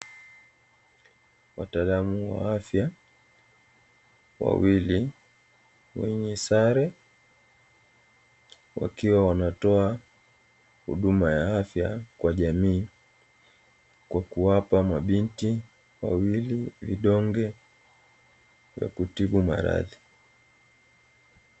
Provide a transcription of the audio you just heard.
Watalamu wa afya wawili wenye sare wakiwa wanatoa huduma ya afya kwa jamii, kwa kuwapa mabinti wawili vidonge vya kutibu maradhi.